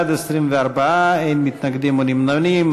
בעד, 24, אין מתנגדים, אין נמנעים.